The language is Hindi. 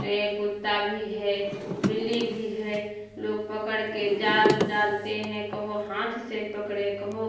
ये कुत्ता भी है बिल्ली भी है लोग पकड़ के जाल डालते हैं कहो हाथ से पकड़े कहो